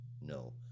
No